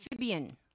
amphibian